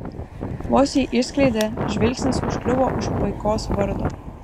vos jį išskleidė žvilgsnis užkliuvo už paikos vardo